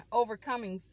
overcoming